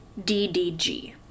DDG